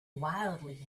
wildly